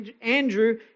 Andrew